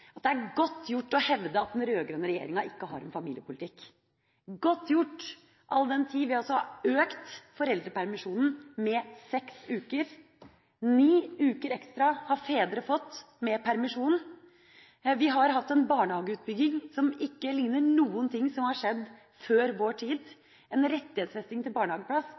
at det er godt gjort å hevde at den rød-grønne regjeringa ikke har noen familiepolitikk – godt gjort, all den tid vi har økt foreldrepermisjonen med seks uker, ni uker ekstra har fedre fått med permisjon, vi har hatt en barnehageutbygging som ikke ligner noen ting som har skjedd før vår tid, en rettighetsfesting til barnehageplass